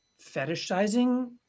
fetishizing